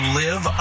live